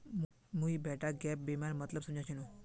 मुई बेटाक गैप बीमार मतलब समझा छिनु